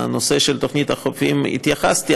לנושא של תוכנית החופים התייחסתי,